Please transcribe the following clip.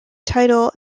title